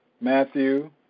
Matthew